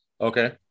Okay